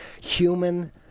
Human